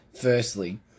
firstly